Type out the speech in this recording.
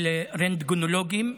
של רנטגנולוגים,